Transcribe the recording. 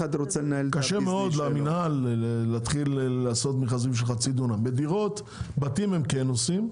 קשה מאוד למנהל להתחיל לעשות מכרזים של חצי דונם; בבתים הם כן עושים.